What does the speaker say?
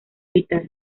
militar